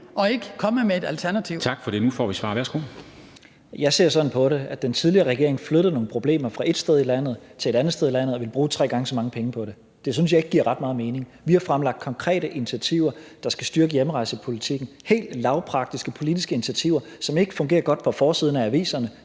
og integrationsministeren (Mattias Tesfaye): Jeg ser sådan på det, at den tidligere regering ville flytte nogle problemer fra et sted i landet til et andet sted i landet og bruge tre gange så mange penge på det. Det synes jeg ikke giver ret meget mening. Vi har fremlagt konkrete initiativer, der skal styrke hjemrejsepolitikken – helt lavpraktiske politiske initiativer, som ikke fungerer godt på forsiden af aviserne,